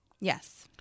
Yes